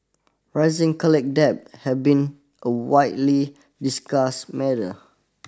rising college debt has been a widely discuss matter